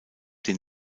den